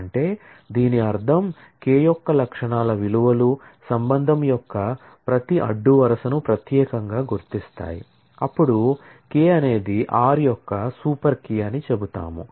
అంటే దీని అర్థం K యొక్క అట్ట్రిబ్యూట్స్విలువలు రిలేషన్ యొక్క ప్రతి అడ్డు వరుసను ప్రత్యేకంగా గుర్తిస్తాయి అప్పుడు K అనేది R యొక్క సూపర్ కీ అని చెబుతాము